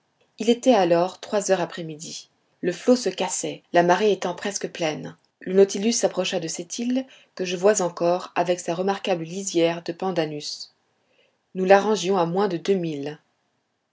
il était alors trois heures après-midi le flot se cassait la marée étant presque pleine le nautilus s'approcha de cette île que je vois encore avec sa remarquable lisière de pendanus nous la rangions à moins de